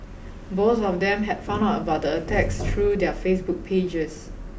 both of them had found out about the attacks through their Facebook pages